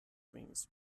wings